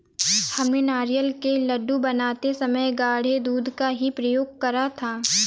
हमने नारियल के लड्डू बनाते समय गाढ़े दूध का ही प्रयोग करा था